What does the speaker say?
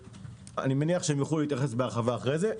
אני מניח שהם יוכלו להתייחס בהרחבה אחרי זה.